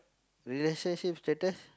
relationship status